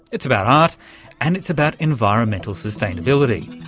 it's about art and it's about environmental sustainability.